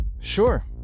Sure